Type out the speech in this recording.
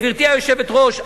גברתי היושבת-ראש,